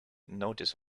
notice